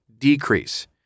decrease